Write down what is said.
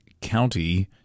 County